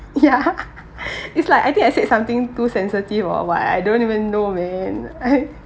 ya it's like I think I said something too sensitive or what I don't even know man I